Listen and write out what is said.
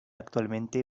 actualmente